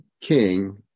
King